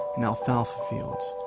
and alfalfa fields,